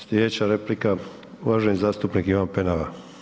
Sljedeća replika uvaženi zastupnik Ivan Penava.